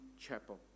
Chapel